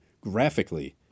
graphically